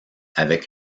avec